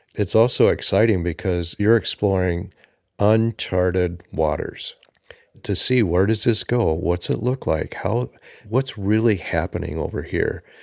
it's also exciting because you're exploring uncharted waters to see where does this go or what's it look like? how what's really happening over here,